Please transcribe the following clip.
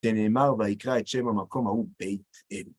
שנאמר ויקרא את שם המקום ההוא בית אל.